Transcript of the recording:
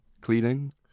cleaning